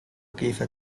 كيف